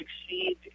succeed